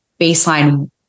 baseline